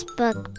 book